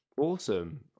Awesome